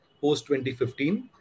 post-2015